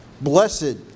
Blessed